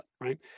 right